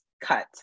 cut